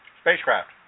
spacecraft